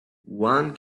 one